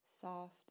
soft